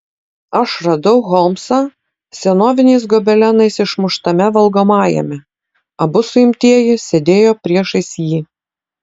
aš radau holmsą senoviniais gobelenais išmuštame valgomajame abu suimtieji sėdėjo priešais jį